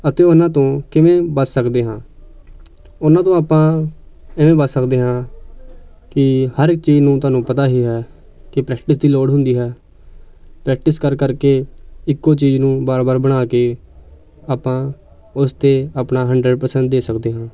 ਅਤੇ ਉਹਨਾਂ ਤੋਂ ਕਿਵੇਂ ਬਚ ਸਕਦੇ ਹਾਂ ਉਹਨਾਂ ਤੋਂ ਆਪਾਂ ਇਵੇਂ ਬਚ ਸਕਦੇ ਹਾਂ ਕਿ ਹਰ ਇੱਕ ਚੀਜ਼ ਨੂੰ ਤੁਹਾਨੂੰ ਪਤਾ ਹੀ ਹੈ ਕਿ ਪ੍ਰੈਕਟਿਸ ਦੀ ਲੋੜ ਹੁੰਦੀ ਹੈ ਪ੍ਰੈਕਟਿਸ ਕਰ ਕਰਕੇ ਇੱਕੋ ਚੀਜ਼ ਨੂੰ ਬਾਰ ਬਾਰ ਬਣਾ ਕੇ ਆਪਾਂ ਉਸ 'ਤੇ ਆਪਣਾ ਹੰਡਰਡ ਪ੍ਰਸੈਂਟ ਦੇ ਸਕਦੇ ਹਾਂ